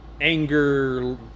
anger